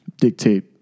dictate